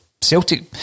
Celtic